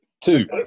two